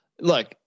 look